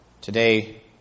Today